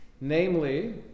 Namely